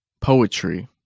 Poetry